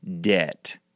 debt